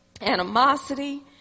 animosity